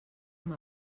amb